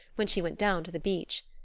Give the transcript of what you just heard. when she went down to the beach.